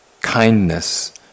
kindness